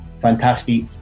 fantastic